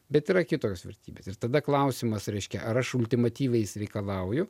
bet yra kitos vertybės ir tada klausimas reiškia ar aš ultimatyviai išsireikalauju